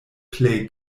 plej